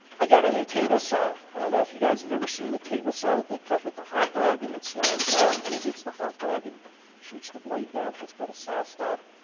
i got a new table saw. i don't know if you guys have ever seen the table saw that they cut with the hotdog and it slams off when it hits the hotdog and shoots the blade down through. it's called the saw stop,